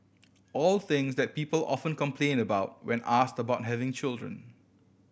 all things that people often complain about when asked about having children